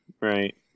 right